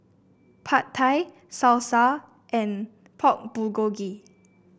Pad Thai Salsa and Pork Bulgogi